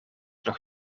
nog